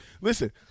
Listen